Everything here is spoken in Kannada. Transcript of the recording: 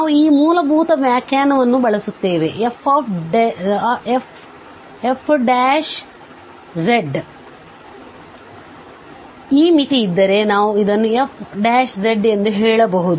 ನಾವು ಈ ಮೂಲಭೂತ ವ್ಯಾಖ್ಯಾನವನ್ನು ಬಳಸುತ್ತೇವೆ fz ಈ ಮಿತಿ ಇದ್ದರೆ ನಾವು ಇದನ್ನುfzಎಂದು ಹೇಳಬಹುದು